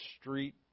street